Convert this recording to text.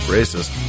Racist